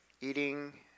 eating